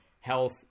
health